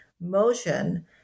motion